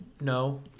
No